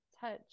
touch